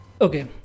Okay